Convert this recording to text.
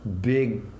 big